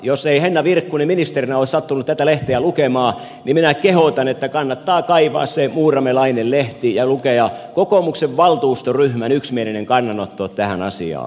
jos ei henna virkkunen ministerinä olisi sattunut tätä lehteä lukemaan niin minä kehotan että kannattaa kaivaa se muuramelainen lehti ja lukea kokoomuksen valtuustoryhmän yksimielinen kannanotto tähän asiaan